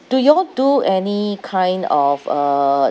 do you all do any kind of uh